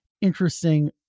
interesting